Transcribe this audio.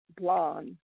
blonde